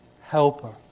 helper